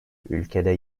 ülkede